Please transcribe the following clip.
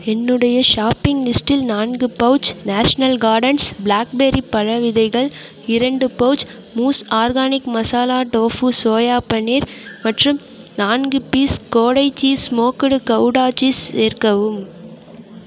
என்னுடைய ஷாப்பிங் லிஸ்டில் நான்கு பவுச் நேஷனல் கார்டன்ஸ் பிளாக்பெர்ரி பழ விதைகள் இரண்டு pouch moose organic masala tofu soya paneer மற்றும் நான்கு பீஸ் கோடை சீஸ் ஸ்மோக்டு கவுடா சீஸ் சேர்க்கவும்